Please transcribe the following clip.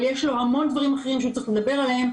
אבל יש לו המון דבירם לדבר עליהם,